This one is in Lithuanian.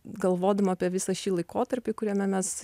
galvodama apie visą šį laikotarpį kuriame mes